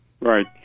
Right